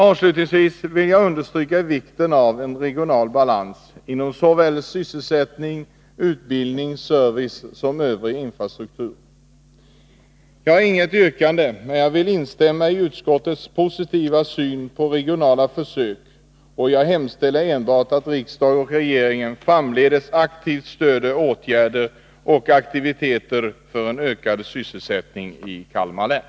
Avslutningsvis vill jag understryka vikten av en regional balans inom såväl sysselsättning, utbildning och service som övrig infrastruktur. Jag har inget yrkande, men jag vill instämma i utskottets positiva syn på regionala försök, och jag hemställer enbart att riksdag och regering framdeles aktivt stöder åtgärder och aktiviteter för en ökad sysselsättning i Kalmar län.